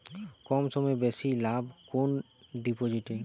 কম সময়ে বেশি লাভ কোন ডিপোজিটে?